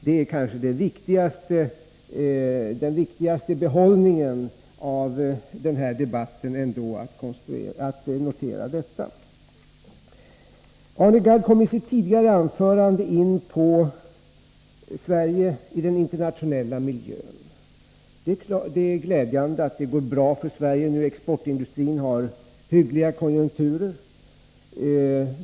Att notera detta är kanske den viktigaste behållningen av denna debatt. Isitt tidigare anförande kom Arne Gadd in på Sverige i den internationella miljön. Det är glädjande att det går bra för Sverige. Exportindustrin har hyggliga konjunkturer.